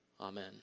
Amen